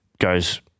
goes